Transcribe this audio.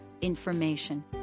information